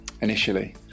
initially